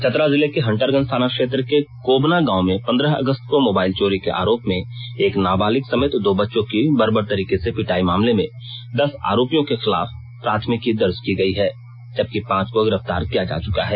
चतरा जिले के हंटरगंज थाना क्षेत्र के कोबना गांव में पन्द्रह अगस्त को मोबाइल चोरी के आरोप में एक नाबालिग समेत दो बच्चों की बर्बर तरीके से पिटाई मामले में दस आरोपियों के खिलाफ प्राथमिकी दर्ज की गई है जबकि पांच को गिरफ्तार किया जा चुका है